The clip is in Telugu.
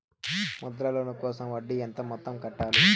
ముద్ర లోను కోసం వడ్డీ ఎంత మొత్తం కట్టాలి